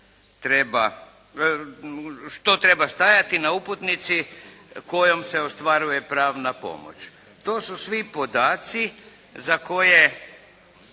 treba stajati na uputnici kojom se ostvaruje pravna pomoć. To su svi podaci za koje